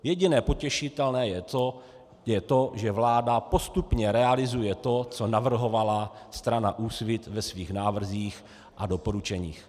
Jediné potěšitelné je to, že vláda postupně realizuje to, co navrhovala strana Úsvit ve svých návrzích a doporučeních.